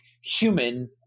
human